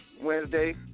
Wednesday